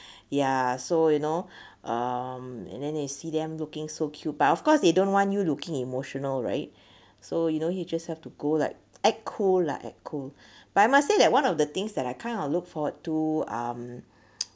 ya so you know um and then they see them looking so cute but of course they don't want you looking emotional right so you know you just have to go like act cool like act cool but I must say that one of the things that I kind of look forward to um